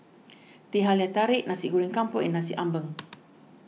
Teh Halia Tarik Nasi Goreng Kampung and Nasi Ambeng